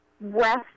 west